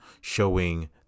showing